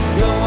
go